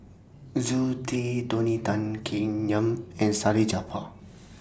Zoe Tay Tony Tan Keng Yam and Salleh Japar